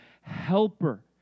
helper